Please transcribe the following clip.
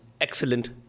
excellent